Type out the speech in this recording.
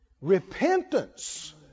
repentance